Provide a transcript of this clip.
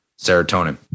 serotonin